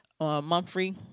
Mumphrey